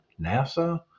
nasa